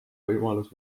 võimalus